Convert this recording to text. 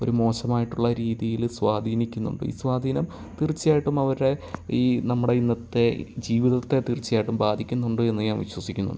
ഒരു മോശമായിട്ടുള്ള രീതിയിൽ സ്വാധീനിക്കുന്നുണ്ട് ഈ സ്വാധീനം തീർച്ചയായിട്ടും അവരുടെ ഈ നമ്മുടെ ഇന്നത്തെ ജീവിതത്തെ തീർച്ചയായിട്ടും ബാധിക്കുന്നുണ്ട് എന്ന് ഞാൻ വിശ്വസിക്കുന്നുണ്ട്